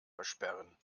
versperren